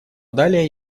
далее